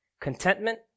contentment